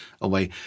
away